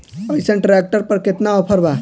अइसन ट्रैक्टर पर केतना ऑफर बा?